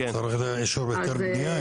צריך היתר בנייה,